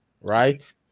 right